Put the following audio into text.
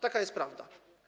Taka jest prawda.